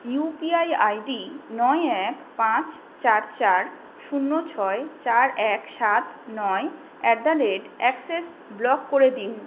you P I I D নয় এক পাঁচ চার চার শূন্য ছয় চার এক সাত নয় at the rate access block করে দিন